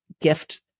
gift